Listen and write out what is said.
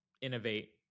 innovate